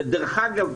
דרך אגב,